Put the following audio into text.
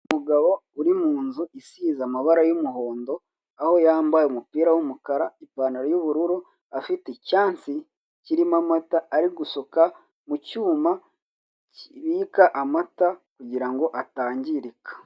Umugabo uri mu nzu isize amabara y'umuhondo. Aho yambaye umupira w'umukara, ipantaro y'ubururu. Afite icyansi kirimo amata ari gusuka mu cyuma kibika amata, kugira ngo atangirika.